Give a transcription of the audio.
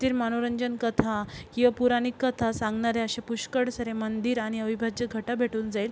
तीर मनोरंजन कथा य पौराणिक कथा सांगणारे असे पुष्कळ सारे मंदिर आणि अविभाज्य घटा भेटून जाईल